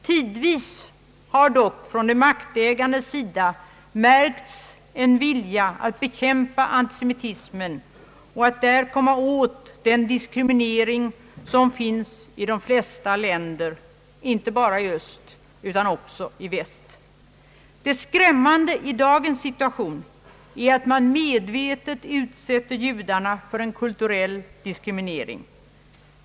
Tidvis har där dock från de maktägandes sida märkts en vilja att bekämpa antisemitismen och att komma åt den diskriminering som finns i de flesta länder, inte bara i öst utan också i väst. Det skrämmande i dagens situation är att man medvetet utsätter judarna för en kulturell diskriminering.